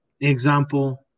example